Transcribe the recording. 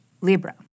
Libra